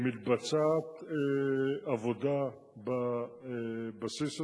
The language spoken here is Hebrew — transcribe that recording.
מתבצעת עבודה בבסיס הזה,